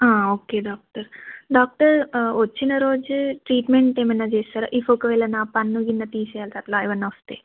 okay doctor doctor వచ్చిన రోజె treatment ఏమైనా చేస్తారా ఇఫ్ ఒకవేళ నా పన్ను గిన్ను తీసేయాల్సి అట్లా ఏమైనా వస్తే